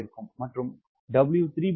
மற்றும் 𝑊3W2 0